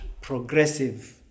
progressive